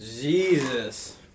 Jesus